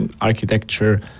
architecture